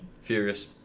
furious